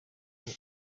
urwo